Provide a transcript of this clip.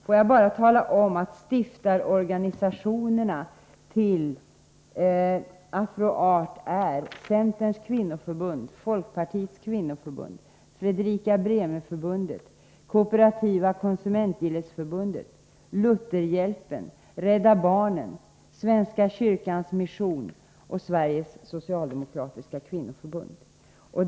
Får jag bara tala om att Afro-Arts stiftarorganisationer är Centerns kvinnoförbund, Folkpartiets kvinnoförbund, Fredrika Bremer-Förbundet, Kooperativa konsumentgillesförbundet, Lutherhjälpen, Rädda barnen, Svenska kyrkans mission och Sveriges socialdemokratiska kvinnoförbund.